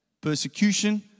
Persecution